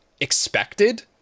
expected